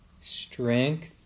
strength